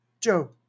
Joe